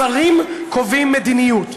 השרים קובעים מדיניות,